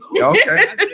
Okay